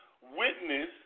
witness